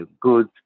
good